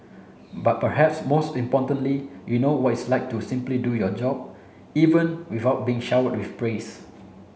but perhaps most importantly you know what is like to simply do your job even without being showered with praise